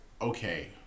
okay